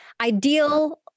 ideal